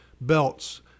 belts